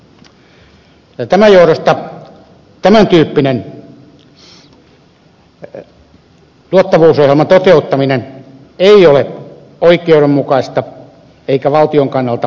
tämän johdosta tämän tyyppinen tuottavuusohjelman toteuttaminen ei ole oikeudenmukaista eikä valtion kannalta kannatettavaa